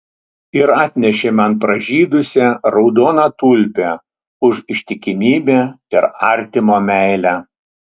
ir atnešė man pražydusią raudoną tulpę už ištikimybę ir artimo meilę